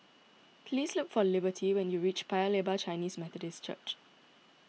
please look for Liberty when you reach Paya Lebar Chinese Methodist Church